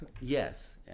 Yes